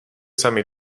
sami